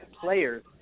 players